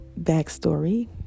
backstory